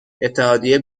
اتحادیه